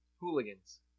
hooligans